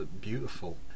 beautiful